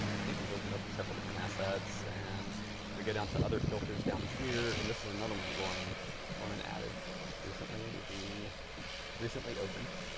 um i think we've opened up several different assets and we get down to other filters down here. and this is another one that lauren lauren added recently, the recently opened.